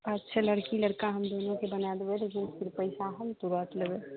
अच्छा लड़की लड़का हम दुनूके बनाए देबै लेकिन फिर पैसा हम तुरत लेबै